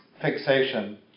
fixation